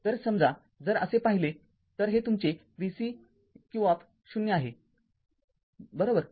तरसमजा जर असे पहिले तर हे तुमचे vcq आहे बरोबर